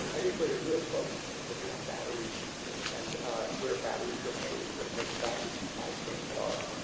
i think where the real focus is going to be on batteries and where batteries are made and what the battery supply chains are.